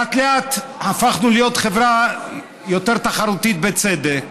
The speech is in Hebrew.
לאט-לאט הפכנו להיות חברה יותר תחרותית, בצדק.